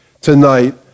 tonight